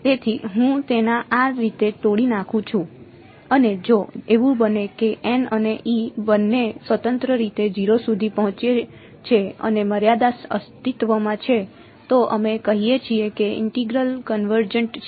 તેથી હું તેને આ રીતે તોડી નાખું છું અને જો એવું બને કે અને બંને સ્વતંત્ર રીતે 0 સુધી પહોંચે છે અને મર્યાદા અસ્તિત્વમાં છે તો અમે કહીએ છીએ કે ઇન્ટેગ્રલ કન્વર્જન્ટ છે